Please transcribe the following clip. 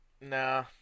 nah